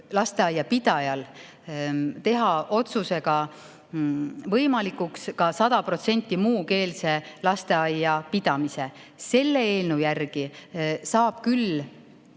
lasteaia pidajal teha oma otsusega võimalikuks ka 100% muukeelse lasteaia pidamise. Selle eelnõu järgi saab küll